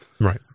Right